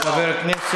וואו, באמת וואו.